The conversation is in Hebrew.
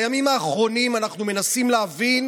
בימים האחרונים אנחנו מנסים להבין